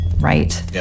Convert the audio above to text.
right